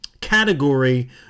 category